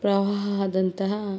ಪ್ರವಾಹದಂತಹ